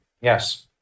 Yes